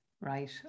right